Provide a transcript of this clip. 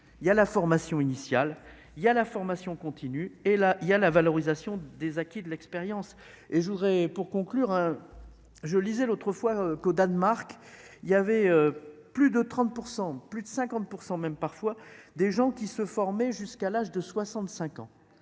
il y a la formation initiale, il y a la formation continue et là il y a la valorisation des acquis de l'expérience et je voudrais pour conclure, hein, je lisais l'autre fois qu'au Danemark, il y avait plus de 30 % plus de 50 pour 100 même parfois des gens qui se former jusqu'à l'âge de 65 ans,